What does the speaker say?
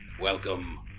welcome